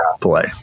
play